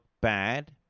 bad